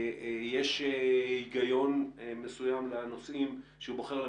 ויש היגיון מסוים לנושאים אותם הוא בוחר,